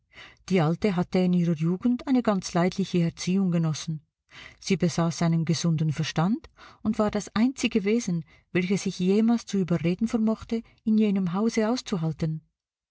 die alte hatte in ihrer jugend eine ganz leidliche erziehung genossen sie besaß einen gesunden verstand und war das einzige wesen welches ich jemals zu überreden vermochte in jenem hause auszuhalten